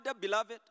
beloved